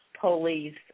police